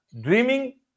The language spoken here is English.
dreaming